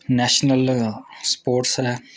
national sports ऐ